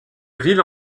ville